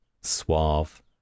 suave